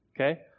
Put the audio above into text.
Okay